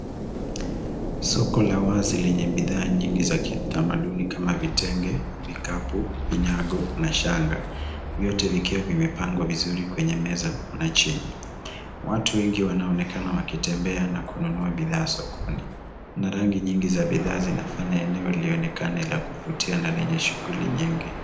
Soko la wazi lenye bidhaa nyingi za kitamaduni kama vitenge, vikapu, vinyango na shanga vyote vikiwa vimepangwa vizuri kwenye meza na chini. Watu wengi wanaonekana wakitembea na kununua bidhaa sokoni. Na rangi nyingi za bidhaa zinafanya eneo lionekane la kuvutia na lenye shughuli nyingi.